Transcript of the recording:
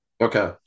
Okay